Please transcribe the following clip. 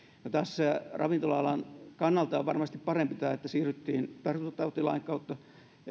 no ravintola alan kannalta on varmasti parempi tämä että siirryttiin tartuntatautilain kautta